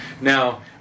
Now